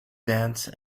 dance